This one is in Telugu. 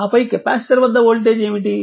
ఆపై కెపాసిటర్ వద్ద వోల్టేజ్ ఏమిటి